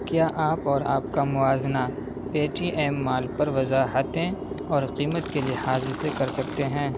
کیا آپ اور آپ کا موازنہ پے ٹی ایم مال پر وضاحتیں اور قیمت کے لحاظ سے کر سکتے ہیں